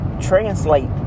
translate